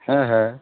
হ্যাঁ হ্যাঁ